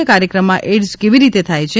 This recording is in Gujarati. આ કાર્યક્રમમાં એઇડસ કેવીરીતે થાય છે